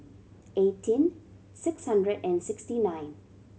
eighteen six hundred and sixty nine